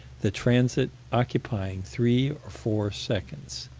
the transit occupying three or four seconds.